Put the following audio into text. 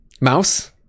Mouse